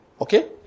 Okay